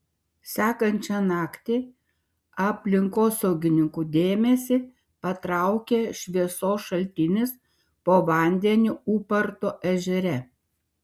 sekančią naktį aplinkosaugininkų dėmesį patraukė šviesos šaltinis po vandeniu ūparto ežere